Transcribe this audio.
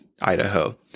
Idaho